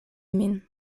min